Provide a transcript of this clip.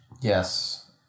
Yes